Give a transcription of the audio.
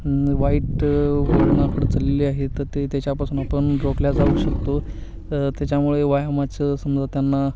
वाईट वळणाकडं चाललेली आहे तर ते त्याच्यापासून आपण रोखल्या जाऊ शकतो त्याच्यामुळे व्यायामाचं समजा त्यांना